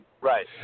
Right